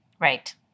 Right